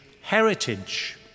heritage